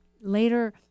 later